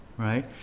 Right